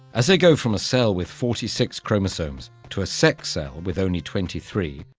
as they go from a cell with forty six chromosomes to a sex cell with only twenty three,